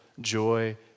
joy